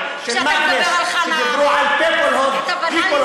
שאתה מדבר על חנה ארנדט.